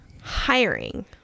Hiring